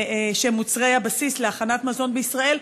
שהם מוצרי הבסיס להכנת מזון בישראל,